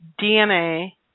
DNA